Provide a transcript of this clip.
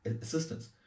assistance